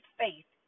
faith